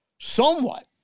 Somewhat